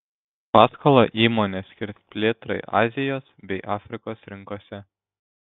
paskolą įmonė skirs plėtrai azijos bei afrikos rinkose